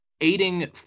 Aiding